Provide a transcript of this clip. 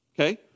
Okay